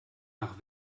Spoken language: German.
nach